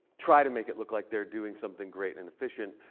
try to make it look like they're doing something great and efficient,